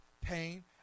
pain